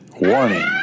warning